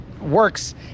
works